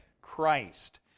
Christ